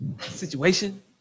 situation